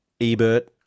Ebert